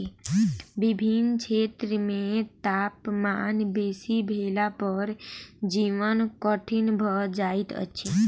विभिन्न क्षेत्र मे तापमान बेसी भेला पर जीवन कठिन भ जाइत अछि